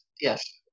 yes